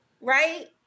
Right